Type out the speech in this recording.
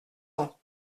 ans